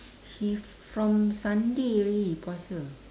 he from sunday already he puasa